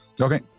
Okay